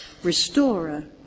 Restorer